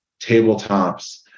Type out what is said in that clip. tabletops